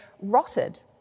rotted